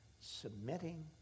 submitting